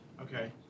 Okay